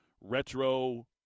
retro